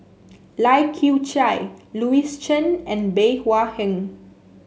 Lai Kew Chai Louis Chen and Bey Hua Heng